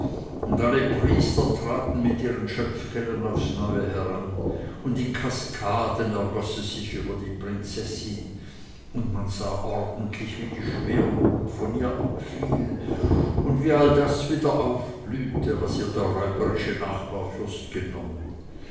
und alle priester traten mit ihren schöpfkellen aufs neue heran und in kaskaden ergoß es sich über die prinzessin und man sah ordentlich wie die schwermut von ihr abfiel und wie all das wieder aufblühte was ihr der räuberische nachbarfürst genommen